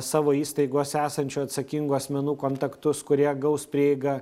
savo įstaigose esančių atsakingų asmenų kontaktus kurie gaus prieigą